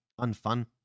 unfun